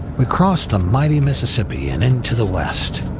we cross the mighty mississippi and into the west.